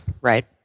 Right